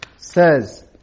says